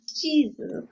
Jesus